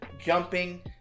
jumping